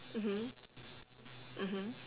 mmhmm mmhmm